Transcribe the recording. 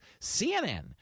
CNN